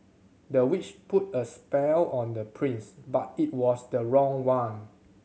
the witch put a spell on the prince but it was the wrong one